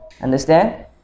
understand